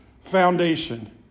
foundation